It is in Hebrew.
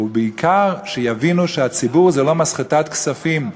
ובעיקר שיבינו שהציבור זה לא מסחטת כספים.